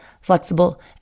flexible